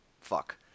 fuck